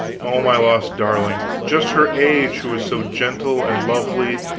oh, my lost darling! just her age who was so gentle, and lovely,